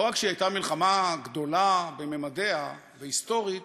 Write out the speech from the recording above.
לא רק שהיא הייתה מלחמה גדולה בממדיה והיסטורית,